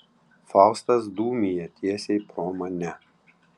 faustas dūmija tiesiai pro mane